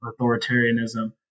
authoritarianism